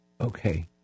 okay